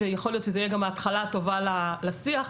ויכול להיות שזאת התחלה טובה לשיח,